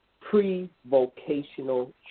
pre-vocational